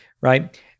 right